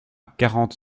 quarante